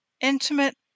intimate